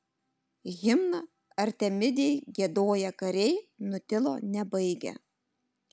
himną artemidei giedoję kariai nutilo nebaigę